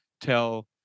tell